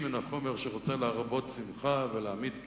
מהחומר שרוצה להרבות שמחה ולהמעיט כאב,